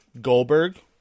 Goldberg